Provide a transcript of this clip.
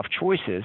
choices